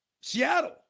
Seattle